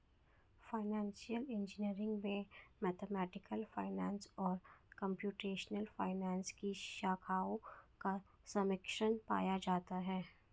financial engineering में mathematical finance और computational finance की शाखाओं का सम्मिश्रण पाया जाता है